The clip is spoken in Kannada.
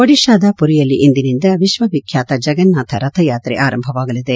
ಒಡಿಶಾದ ಪುರಿಯಲ್ಲಿ ಇಂದಿನಿಂದ ವಿಶ್ವವಿಖ್ಯಾತ ಜಗನ್ನಾಥ ರಥಯಾತ್ರೆ ಆರಂಭವಾಗಲಿದೆ